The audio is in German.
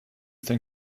denn